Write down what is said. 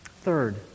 Third